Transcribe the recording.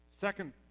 Second